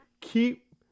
keep